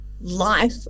life